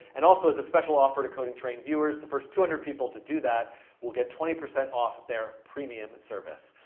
and also as a special offer to coding train viewers, the first two hundred people to do that get twenty percent off their premium service.